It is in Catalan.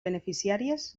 beneficiàries